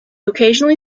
occasionally